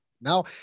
now